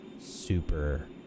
super